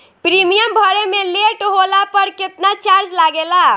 Premium भरे मे late होला पर केतना चार्ज लागेला?